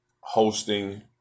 hosting